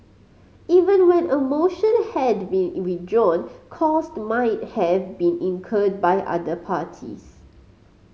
even when a motion had been withdrawn cost might have been incurred by other parties